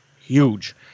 huge